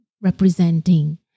representing